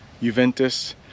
Juventus